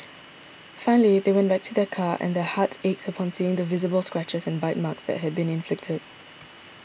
finally they went back to their car and their hearts ached upon seeing the visible scratches and bite marks that had been inflicted